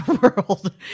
world